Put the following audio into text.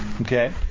Okay